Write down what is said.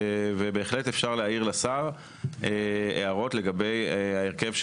בהחלט אפשר להעיר לשר הערות לגבי ההרכב,